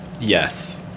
Yes